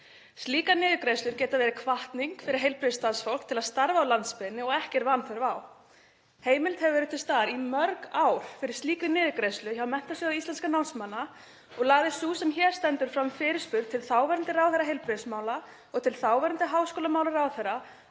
Slíkar niðurgreiðslur geta verið hvatning fyrir heilbrigðisstarfsfólk til að starfa á landsbyggðinni og ekki er vanþörf á. Heimild hefur verið til staðar í mörg ár fyrir slíkri niðurgreiðslu hjá Menntasjóði íslenskra námsmanna og lagði sú sem hér stendur fram fyrirspurn til þáverandi ráðherra heilbrigðismála og til þáverandi háskólamálaráðherra